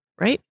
right